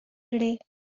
today